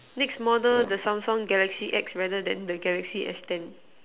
next model the Samsung Galaxy X rather than the Galaxy S ten